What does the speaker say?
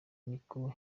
nicyo